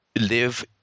live